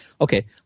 Okay